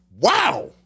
Wow